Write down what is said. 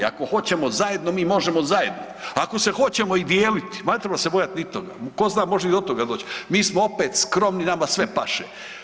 Ako hoćemo zajedno mi možemo zajedno, ako se hoćemo i dijeliti, ma ne treba se bojat ni toga, ko zna može i do toga doći, mi smo opet skromni, nama sve paše.